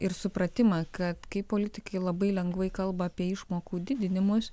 ir supratimą kad kai politikai labai lengvai kalba apie išmokų didinimus